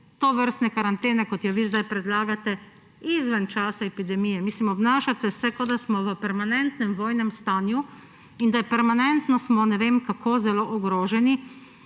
tovrstne karantene, kot jo vi zdaj predlagate. Izven časa epidemije. Mislim, obnašate se, kot da smo v permanentnem vojnem stanju in da permanentno smo ne vem kako zelo ogroženi